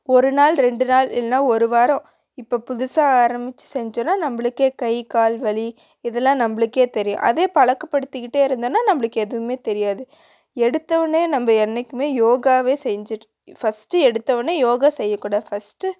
ஒரு நாள் ரெண்டு நாள் இல்லைன்னா ஒரு வாரம் இப்போ புதுசாக ஆரம்மிச்சி செஞ்சோம்னா நம்மளுக்கே கை கால் வலி இதெல்லாம் நம்மளுக்கே தெரியும் அதே பழக்கப்படுத்துக்கிட்டே இருந்தோம்னா நம்மளுக்கு எதுவுமே தெரியாது எடுத்தவொன்னே நம்ம என்றைக்குமே யோகாவே செஞ்சுட்டு ஃபஸ்ட்டு எடுத்த உடனே யோகா செய்யக்கூடாது ஃபஸ்ட்டு